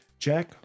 Jack